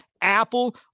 Apple